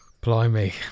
Blimey